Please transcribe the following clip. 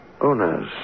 owners